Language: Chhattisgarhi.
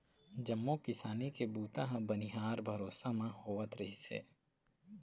जम्मो किसानी के बूता ह बनिहार भरोसा म होवत रिहिस हे